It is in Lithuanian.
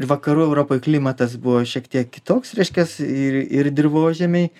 ir vakarų europoj klimatas buvo šiek tiek kitoks reiškias ir ir dirvožemiai